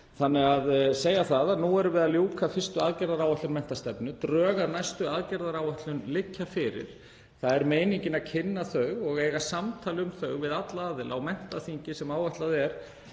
sem taka tíma. Nú erum við að ljúka fyrstu aðgerðaáætlun um menntastefnu, drög að næstu aðgerðaáætlun liggja fyrir. Það er meiningin að kynna þau og eiga samtal um þau við alla aðila á menntaþingi sem áætlað er